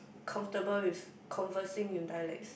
countable with conversing in dialects